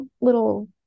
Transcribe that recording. little